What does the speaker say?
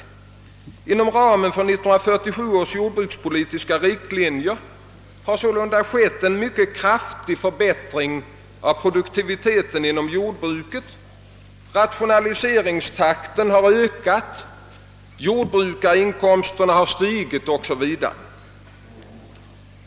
Inom ramen för 1947 års jordbrukspolitiska riktlinjer har sålunda skett en kraftig förbättring av produktiviteten inom jordbruket, rationaliseringstakten har ökat, jordbrukarinkomsterna har stigit o. s. v.